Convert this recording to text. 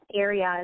areas